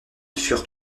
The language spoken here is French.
furent